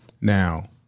Now